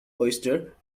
oyster